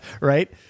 right